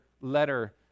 letter